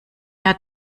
hat